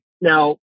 Now